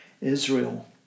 Israel